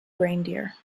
reindeer